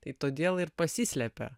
tai todėl ir pasislepia